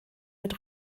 mit